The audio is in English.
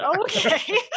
Okay